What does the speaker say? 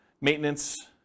maintenance